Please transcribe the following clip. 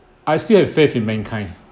I still have faith in mankind